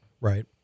right